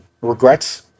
regrets